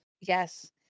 Yes